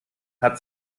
hat